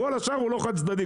כל השאר הוא לא חד צדדי,